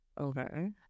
Okay